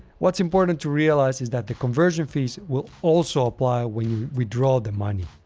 what's important to realize is that the conversion fees will also apply when you withdraw the money.